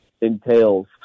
entails